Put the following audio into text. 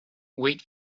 wait